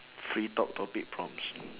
free talk topic prompts